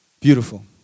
Beautiful